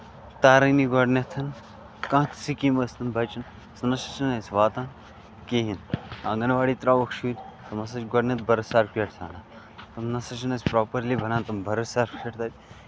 تَرٲنی گۄڈٕنیتھ کانہہ تہِ سِکیٖم ٲسۍتن بَچن سُہ نسا چھِنہٕ اَسہِ واتان کِہینۍ آنگَن واڑۍ تراوہوکھ شُرۍ تِم ہسا چھِ گۄڈٕنیتھ بٔرٕتھ سٔرٹِفکٹ ژھانڈان تِم نسا چھِنہٕ اَسہِ پروپَرلی بنان تِم بٔرٕتھ سٔرٹِفکٹ تَتہِ